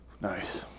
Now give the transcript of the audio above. Nice